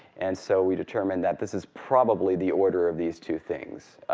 and so we determine that this is probably the order of these two things.